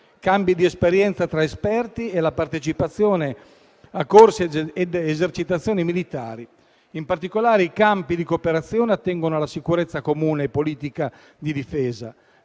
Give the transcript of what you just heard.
scambi di esperienza tra esperti e alla partecipazione a corsi ed esercitazioni militari. In particolare, i campi di cooperazione attengono a: sicurezza comune e politica di difesa;